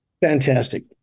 Fantastic